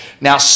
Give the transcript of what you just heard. Now